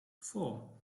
four